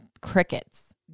crickets